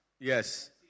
Yes